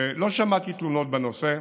ולא שמעתי תלונות בנושא.